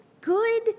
good